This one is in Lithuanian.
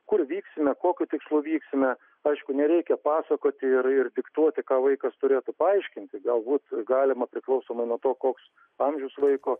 kur vyksime kokiu tikslu vyksime aišku nereikia pasakoti ir ir diktuoti ką vaikas turėtų paaiškinti galbūt galima priklausomai nuo to koks amžiaus vaiko